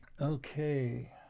Okay